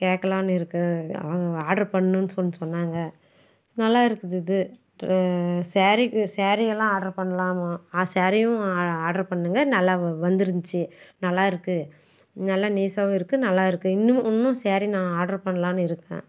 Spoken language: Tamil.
கேட்கலான்னு இருக்கேன் ஆர்டர் பண்ணணுன்னு சொல்லி சொன்னாங்க நல்லாயிருக்குது இது ஸேரீக்கு ஸேரீகளெலாம் ஆர்டர் பண்ணலாமா ஸேரீயும் ஆ ஆர்டர் பண்ணுங்கள் நல்ல வந் வந்துருந்துச்சு நல்லாயிருக்கு நல்லா நைஸ்ஸாகவும் இருக்குது நல்லா இருக்குது இன்னும் இன்னும் ஸேரீ நான் ஆர்டர் பண்ணலான்னு இருக்கேன்